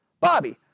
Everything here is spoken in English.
Bobby